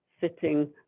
sitting